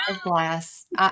glass